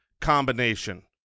Combination